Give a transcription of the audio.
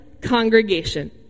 congregation